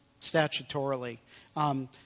statutorily